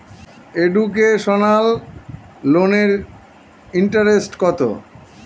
Educational লোনের interest কত?